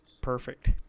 Perfect